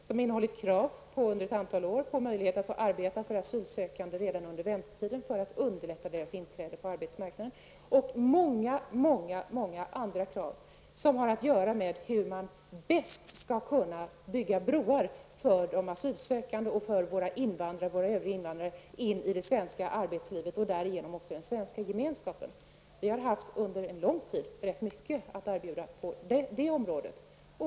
Vi har nu under ett antal år framställt krav på möjligheter för asylsökande att arbeta redan under väntetiden för att underlätta deras inträde på arbetsmarknaden. Vi har även ställt många andra krav, som har att göra med hur man bäst skall kunna bygga broar för de asylsökande och övriga invandrare in i det svenska arbetslivet och därmed den svenska gemenskapen. Vi har under en lång tid haft rätt mycket att erbjuda på det området.